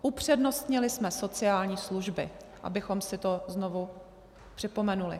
Upřednostnili jsme sociální služby, abychom si to znovu připomenuli.